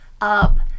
up